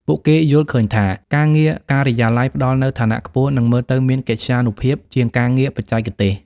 ពួកគេយល់ឃើញថា ការងារការិយាល័យផ្តល់នូវឋានៈខ្ពស់ និងមើលទៅមានកិត្យានុភាពជាងការងារបច្ចេកទេស។